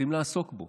צריכים לעסוק בו.